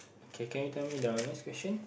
okay can you tell me the next question